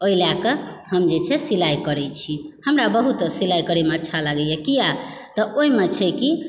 ओहि लए कऽ छै सिलाइ करै छी हमरा बहुत सिलाइ करैमे अच्छा लागैए किया तऽ ओइमे छै कि